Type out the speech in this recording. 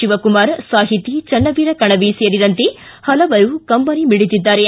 ಶಿವಕುಮಾರ ಸಾಹಿತಿ ಚನ್ನವೀರ್ ಕಣವಿ ಸೇರಿದಂತೆ ಹಲವರು ಕಂಬನಿ ಮಿಡಿದ್ಗಾರೆ